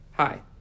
Hi